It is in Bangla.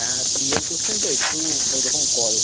হ্যাঁ হ্যাঁ সি এর কোশ্চেন তো একটু ওই রকম করে